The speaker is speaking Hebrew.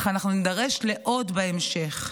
אך אנחנו נידרש לעוד בהמשך.